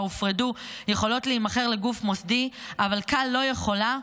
הופרדו יכולות להימכר לגוף מוסדי אבל כאל לא יכולה,